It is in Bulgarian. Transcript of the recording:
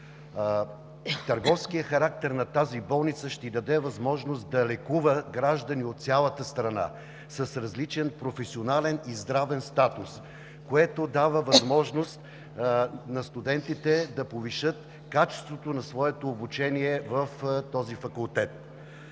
Търговският характер на тази болница ще ѝ даде възможност да лекува граждани от цялата страна, с различен професионален и здравен статус, което дава възможност на студентите да повишат качеството на своето обучение в този факултет.